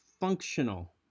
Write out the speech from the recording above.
functional